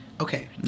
okay